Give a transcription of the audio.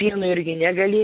pieno irgi negali